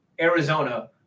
Arizona